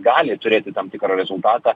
gali turėti tam tikrą rezultatą